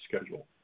schedule